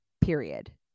period